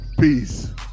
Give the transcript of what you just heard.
Peace